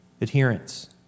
adherence